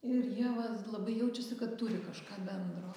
ir jie va labai jaučiasi kad turi kažką bendro